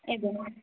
एवं